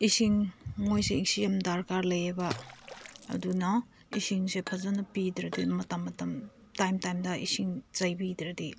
ꯏꯁꯤꯡ ꯃꯣꯏꯁꯦ ꯏꯁꯤꯡ ꯌꯥꯝ ꯗꯔꯀꯥꯔ ꯂꯩꯌꯦꯕ ꯑꯗꯨꯅ ꯏꯁꯤꯡꯁꯦ ꯐꯖꯅ ꯄꯤꯗ꯭ꯔꯗꯤ ꯃꯇꯝ ꯃꯇꯝ ꯇꯥꯏꯝ ꯇꯥꯏꯝꯗ ꯏꯁꯤꯡ ꯆꯥꯏꯕꯤꯗ꯭ꯔꯗꯤ